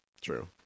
True